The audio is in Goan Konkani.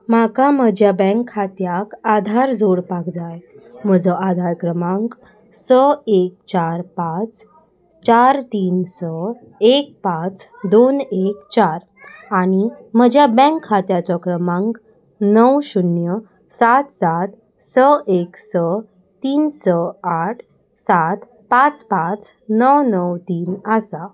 म्हाका म्हज्या बँक खात्याक आधार जोडपाक जाय म्हजो आधार क्रमांक स एक चार पांच चार तीन स एक पांच दोन एक चार आनी म्हज्या बँक खात्याचो क्रमांक णव शुन्य सात सात स एक स तीन स आठ सात पांच पांच णव णव तीन आसा